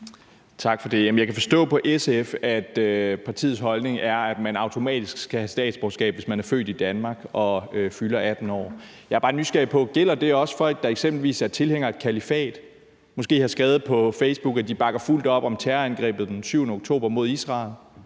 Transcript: Tak for det. Jeg kan forstå på SF, at partiets holdning er, at man, hvis man er født i Danmark, automatisk skal have statsborgerskab, når man fylder 18 år. Jeg er bare nysgerrig på: Gælder det er også folk, der eksempelvis er tilhængere af et kalifat og måske har skrevet på Facebook, at de bakker fuldt ud op om terrorangrebet den 7. oktober mod Israel,